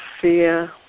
fear